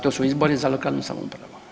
To su izbori za lokalnu samoupravu.